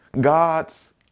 God's